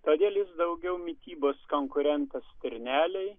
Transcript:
todėl jis daugiau mitybos konkurentas stirnelei